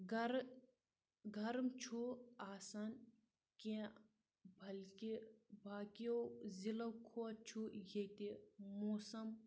گرٕ گرم چھُ آسان کیٚنٛہہ بٔلکہِ باقیو ضلعو کھۄتہٕ چھُ ییٚتہِ موسم